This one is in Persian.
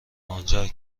آنجا